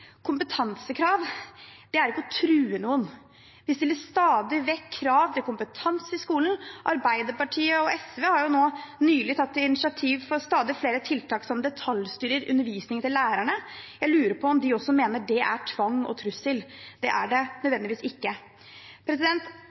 Kompetansekrav er ikke å true noen. Vi stiller stadig vekk krav til kompetanse i skolen. Arbeiderpartiet og SV har nå nylig tatt initiativ til stadig flere tiltak som detaljstyrer undervisningen til lærerne. Jeg lurer på om de mener at det også er tvang og trusler – det er det ikke nødvendigvis.